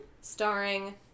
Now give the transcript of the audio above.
Starring